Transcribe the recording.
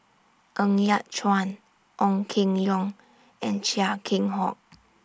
Ng Yat Chuan Ong Keng Yong and Chia Keng Hock